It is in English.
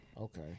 okay